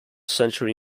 century